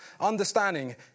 understanding